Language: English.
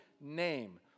name